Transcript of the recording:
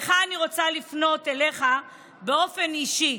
אני רוצה לפנות אליך באופן אישי.